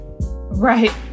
right